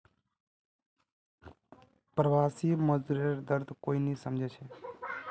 प्रवासी मजदूरेर दर्द कोई नी समझे छे